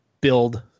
build